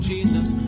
Jesus